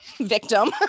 victim